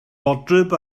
fodryb